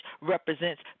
represents